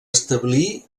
establir